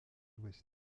ouest